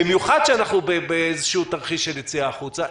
במיוחד כשאנחנו באיזשהו תרחיש של יציאה החוצה.